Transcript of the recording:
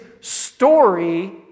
story